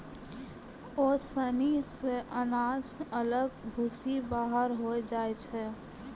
ओसानी से अनाज अलग भूसी बाहर होय जाय छै